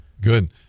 good